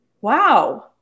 Wow